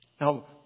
Now